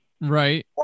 Right